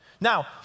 Now